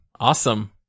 Awesome